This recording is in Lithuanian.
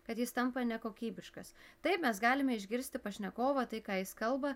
kad jis tampa nekokybiškas taip mes galime išgirsti pašnekovą tai ką jis kalba